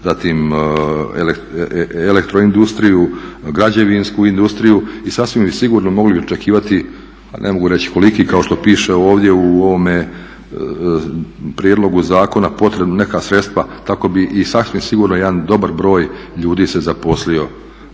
zatim elektro industriju, građevinsku industriju i sasvim bi sigurno mogli očekivati a ne mogu reći koliki kao što piše ovdje u ovome prijedlogu zakona potrebna neka sredstva, tako bi i sasvim sigurno jedan dobar broj ljudi se zaposlio